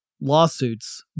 lawsuits